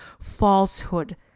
falsehood